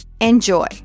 Enjoy